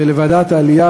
ולוועדת העלייה,